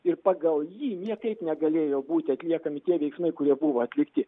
ir pagal jį niekaip negalėjo būti atliekami tie veiksmai kurie buvo atlikti